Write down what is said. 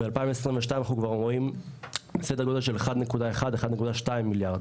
ב-2022 אנחנו כבר רואים סדר גודל של 1.1-1.2 מיליארד.